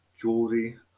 jewelry